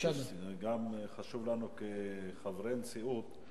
זה גם חשוב לנו כחברי הנשיאות,